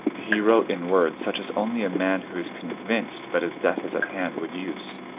he wrote in words such as only a man who is convinced that his death is at hand would use.